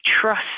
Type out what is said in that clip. trust